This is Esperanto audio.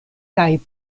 kaj